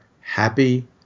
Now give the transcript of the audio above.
happy